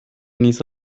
niece